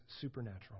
supernatural